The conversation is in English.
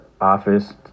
office